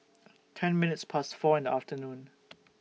ten minutes Past four in The afternoon